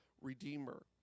redeemer